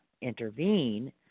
intervene